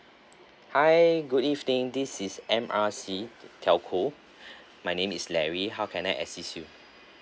hi good evening this is M_R_C telco my name is larry how can I assist you